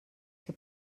que